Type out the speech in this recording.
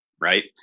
right